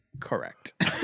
Correct